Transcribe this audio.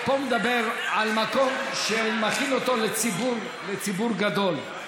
פה מדובר על מקום שמכין לציבור גדול,